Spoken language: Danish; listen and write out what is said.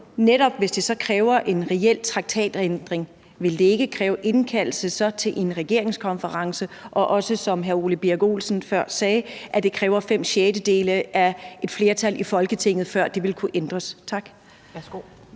igen: Hvis det netop kræver en reel traktatændring, vil det så ikke kræve en indkaldelse til en regeringskonference og også, som hr. Ole Birk Olesen før sagde, et flertal på fem sjettedele i Folketinget, før det vil kunne ændres? Tak.